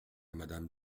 madame